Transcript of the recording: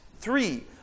Three